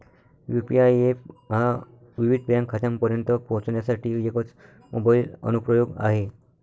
UPI app हा विविध bank खात्यांपर्यंत पोहोचण्यासाठी एकच मोबाइल अनुप्रयोग आहे